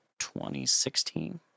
2016